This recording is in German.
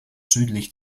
südlich